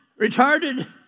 retarded